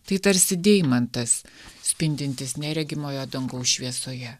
tai tarsi deimantas spindintis neregimojo dangaus šviesoje